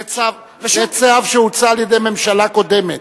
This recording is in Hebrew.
זה צו שהוצא על-ידי ממשלה קודמת.